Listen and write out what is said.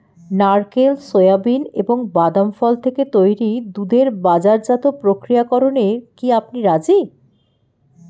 নারকেল, সোয়াবিন এবং বাদাম ফল থেকে তৈরি দুধের বাজারজাত প্রক্রিয়াকরণে কি আপনি রাজি?